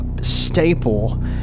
staple